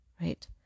right